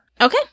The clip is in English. Okay